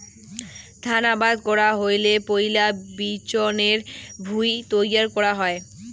ধান আবাদ করা হইলে পৈলা বিচনের ভুঁই তৈয়ার করা হই